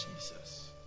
Jesus